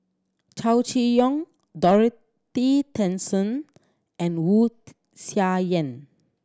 Chow Chee Yong Dorothy Tessensohn and Wu Tsai Yen